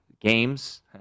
games